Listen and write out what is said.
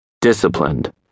disciplined